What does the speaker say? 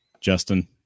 Justin